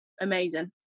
amazing